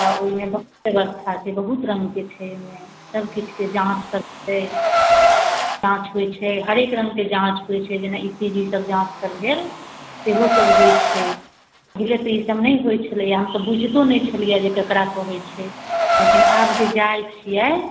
तऽ ओहिमे बहुत व्यवस्था छै बहुत रङ्गके छै ओहिमे सभकिछुके जाँचसभ छै जाँच होइत छै हरेक रङ्गके जाँच होइत छै जाहिमे ई सी जी के जाँचसभ भेल सेहोसभ होइत छै पहिले तऽ ईसभ नहि होइत छलैए हम तऽ बुझितो नहि छलियै जे ककरा कहैत छै लेकिन आब जे जाइत छियै